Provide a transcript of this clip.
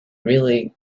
really